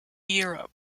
europe